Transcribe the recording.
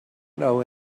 know